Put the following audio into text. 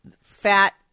fat